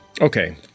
Okay